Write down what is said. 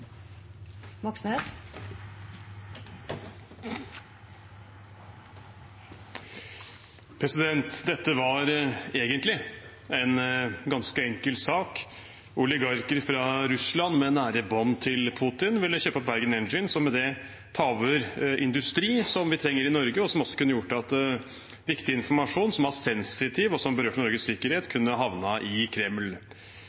ubalanse. : Dette var egentlig en ganske enkel sak. Oligarker fra Russland med nære bånd til Putin ville kjøpe opp Bergen Engines og med det ta over industri som vi trenger i Norge, noe som også kunne gjort at viktig informasjon som var sensitiv og